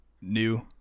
new